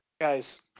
guys